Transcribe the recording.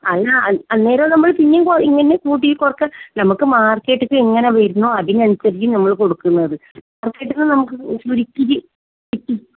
അല്ല അന്നേരവും നമ്മൾ പിന്നേയും ഇങ്ങനെ കൂടിയിട്ട് കുറക്കാം നമ്മൾക്ക് മാർക്കറ്റിൽ എങ്ങനെ വരുന്നോ അതിനനുസരിച്ച് നമ്മൾ കൊടുക്കുന്നത് അവിടെ നിന്ന് കിട്ടുന്ന ഒരിച്ചിരി ഇച്ചിരി